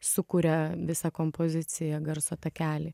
sukuria visą kompoziciją garso takelį